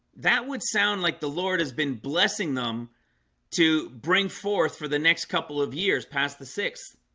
that would sound like the lord has been blessing them to bring forth for the next couple of years past the sixth